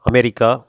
America